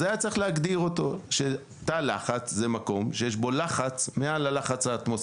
אז היה צריך להגדיר אותו שתא לחץ זה מקום שיש בו לחץ מעל האטמוספירי,